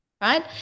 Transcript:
right